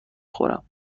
خورم